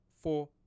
four